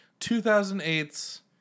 2008's